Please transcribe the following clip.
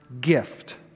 gift